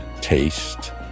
taste